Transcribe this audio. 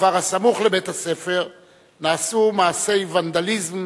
בכפר הסמוך לבית-הספר נעשו מעשי ונדליזם,